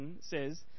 says